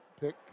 pick